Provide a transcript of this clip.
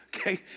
Okay